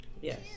Yes